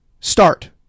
Start